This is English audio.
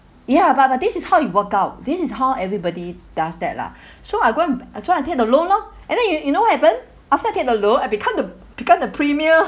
ya but but this is how you workout this is how everybody does that lah so I go and I try and take the loan loh and then you you know what happen after I take the loan I become the become the premier